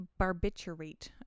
barbiturate